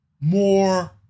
more